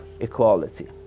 equality